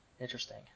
Interesting